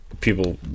people